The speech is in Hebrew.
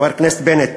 חבר הכנסת בנט,